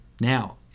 Now